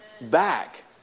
back